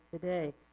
today